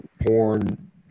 porn